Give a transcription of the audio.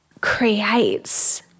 creates